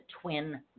twin